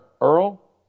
Earl